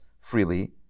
freely